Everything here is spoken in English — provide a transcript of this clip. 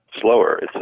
slower